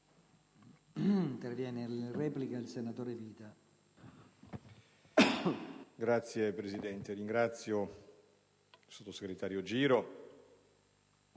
Signor Presidente, ringrazio il sottosegretario Giro